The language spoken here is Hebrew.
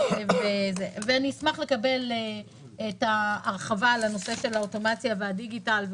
אשמח לקבל הרחבה על הנושא של האוטומציה והדיגיטל.